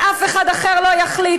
ואף אחד אחר לא יחליט.